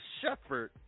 shepherd